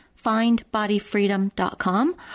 findbodyfreedom.com